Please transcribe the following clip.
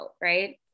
right